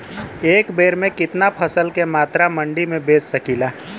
एक बेर में कितना फसल के मात्रा मंडी में बेच सकीला?